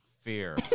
fear